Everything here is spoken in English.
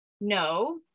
no